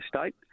state